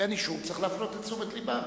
אם אין אישור, צריך להפנות את תשומת לבם.